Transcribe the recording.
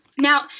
Now